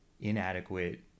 inadequate